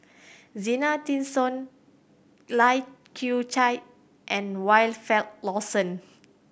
Zena Tessensohn Lai Kew Chai and Wilfed Lawson